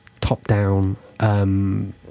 top-down